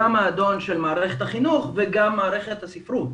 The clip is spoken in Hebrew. גם האדון של מערכת החינוך וגם מערכת הספרות.